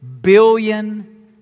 billion